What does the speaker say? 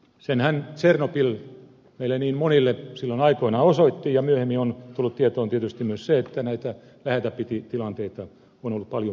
senhän tsernobyl meille niin monille silloin aikoinaan osoitti ja myöhemmin on tullut tietoon tietysti myös se että näitä läheltä piti tilanteita on ollut paljon muuallakin